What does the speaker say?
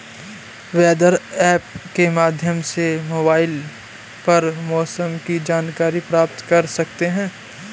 weather app के माध्यम से मोबाइल पर मौसम की जानकारी प्राप्त कर सकते हैं